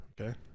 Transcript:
Okay